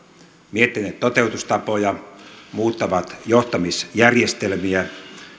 miettinyt toteutustapoja muuttanut johtamisjärjestelmiä